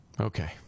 Okay